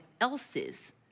else's